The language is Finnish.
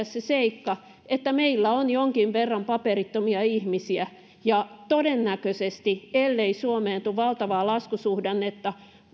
se seikka että meillä on jonkin verran paperittomia ihmisiä ja todennäköisesti ellei suomeen tule valtavaa laskusuhdannetta